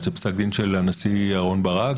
יש את פסק הדין של הנשיא אהרון ברק